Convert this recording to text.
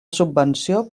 subvenció